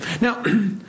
Now